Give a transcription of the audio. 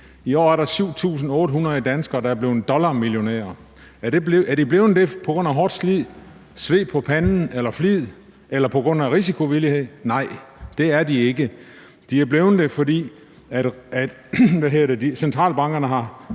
I år er der 7.800 danskere, der er blevet dollarmillionærer. Er de blevet det på grund af hårdt slid, sved på panden eller flid eller på grund af risikovillighed? Nej, det er de ikke. De er blevet det, fordi centralbankerne har